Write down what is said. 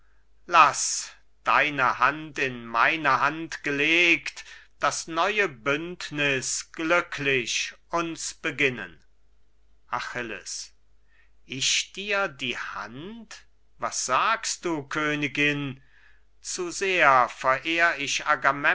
laß deine hand in meine hand gelegt das neue bündniß glücklich uns beginnen achilles ich dir die hand was sagst du königin zu sehr verehr ich